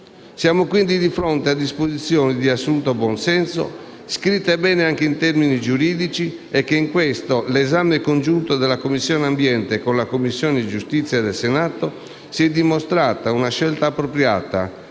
Siamo quindi di fronte a disposizioni di assoluto buonsenso, scritte bene anche in termini giuridici, ed in questo l'esame congiunto della Commissione ambiente con la Commissione giustizia del Senato si è dimostrata una scelta appropriata,